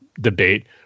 debate